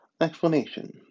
Explanation